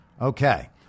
okay